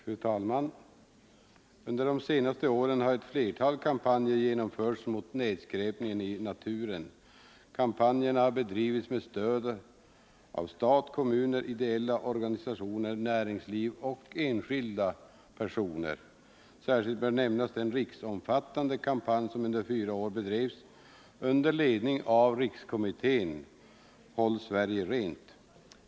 Fru talman! Under de senaste åren har ett flertal kampanjer genomförts mot nedskräpningen i naturen. Kampanjerna har bedrivits med stöd av stat, kommuner, ideella organisationer, näringsliv och enskilda personer. Särskilt bör nämnas den riksomfattande kampanj som under fyra år bedrevs under ledning av rikskommittén Håll Sverige rent.